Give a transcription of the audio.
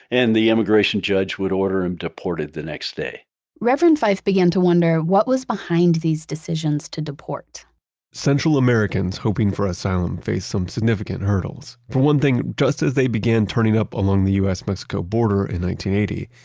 and the immigration judge would order him deported the next day reverend fife began to wonder what was behind these decisions to deport central americans, hoping for asylum faced some significant hurdles. for one thing, just as they began turning up along the u s mexico border in one thousand